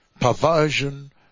Perversion